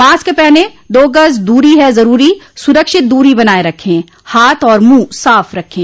mask पहनें दो गज दूरी है जरूरी सुरक्षित दूरी बनाए रखें हाथ और मुंह साफ रखें